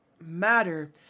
matter